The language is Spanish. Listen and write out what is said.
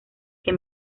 que